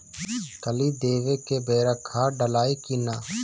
कली देवे के बेरा खाद डालाई कि न?